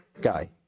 guy